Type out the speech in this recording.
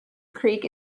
creek